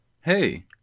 Hey